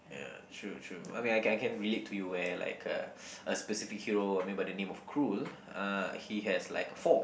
ya true true I mean I can I can relate to you well like a a specific hero I mean by the name of Krul uh he has like four